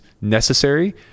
necessary